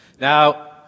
Now